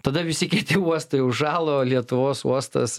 tada visi kiti uostai užšalo lietuvos uostas